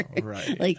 Right